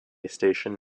station